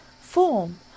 Form